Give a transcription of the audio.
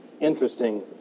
interesting